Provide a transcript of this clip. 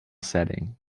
setting